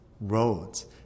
roads